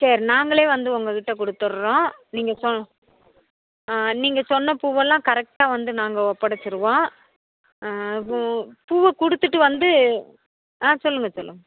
சரி நாங்களே வந்து உங்கள் கிட்டே கொடுத்துர்றோம் நீங்கள் சொ ஆ நீங்கள் சொன்ன பூவெல்லாம் கரெக்டாக வந்து நாங்கள் ஒப்படைச்சிருவோம் ம் பூவை கொடுத்துட்டு வந்து ஆ சொல்லுங்கள் சொல்லுங்கள்